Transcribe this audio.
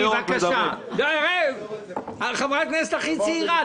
תשלימי, בבקשה, חברת הכנסת הכי צעירה.